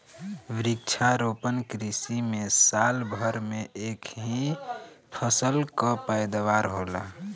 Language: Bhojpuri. वृक्षारोपण कृषि में साल भर में एक ही फसल कअ पैदावार होला